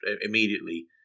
immediately